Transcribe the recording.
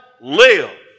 live